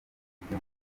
ibyo